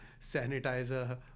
sanitizer